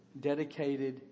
dedicated